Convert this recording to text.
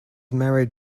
married